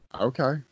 okay